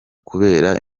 kubera